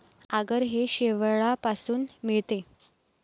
आगर हे शेवाळापासून मिळते